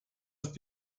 ist